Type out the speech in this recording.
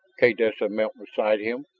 kaydessa knelt beside him,